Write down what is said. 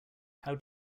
how